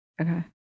Okay